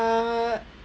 uh